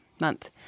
month